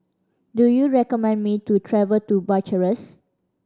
do you recommend me to travel to Bucharest